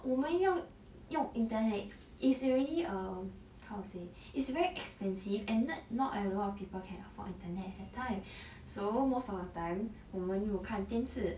我们要用 internet is already err how to say it's very expensive and no~ not a lot of people can afford internet at that time so most of my time 我们 will 看电视